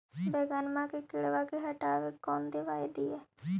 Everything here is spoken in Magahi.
बैगनमा के किड़बा के हटाबे कौन दवाई दीए?